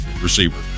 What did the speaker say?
receiver